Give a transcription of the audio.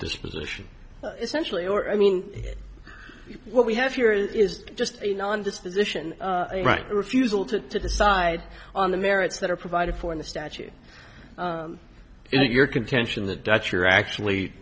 disposition essentially or i mean what we have here is just a non disposition refusal to decide on the merits that are provided for in the statute is your contention the dutch are actually